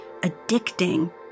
addicting